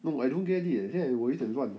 no I don't get it eh 现在我一点乱